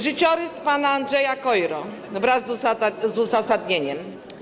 Życiorys pana Andrzeja Kojry wraz z uzasadnieniem.